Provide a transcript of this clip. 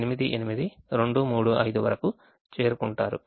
88235 వరకు చేరుకుంటారు